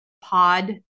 pod